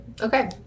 okay